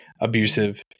abusive